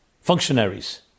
functionaries